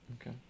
Okay